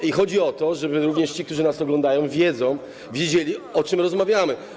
I chodzi o to, żeby również ci, którzy nas oglądają, wiedzieli, o czym rozmawiamy.